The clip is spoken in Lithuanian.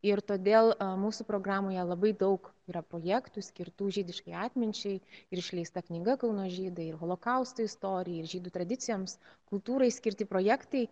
ir todėl mūsų programoje labai daug yra projektų skirtų žydiškai atminčiai ir išleista knyga kauno žydai ir holokausto istorijai ir žydų tradicijoms kultūrai skirti projektai